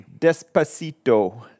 Despacito